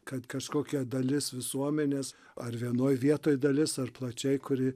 kad kažkokia dalis visuomenės ar vienoj vietoj dalis ar plačiai kuri